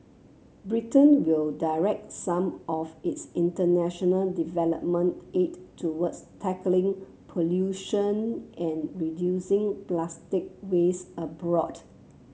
Britain will direct some of its international development aid towards tackling pollution and reducing plastic waste abroad